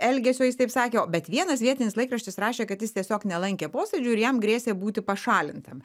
elgesio jis taip sakė bet vienas vietinis laikraštis rašė kad jis tiesiog nelankė posėdžių ir jam grėsė būti pašalintam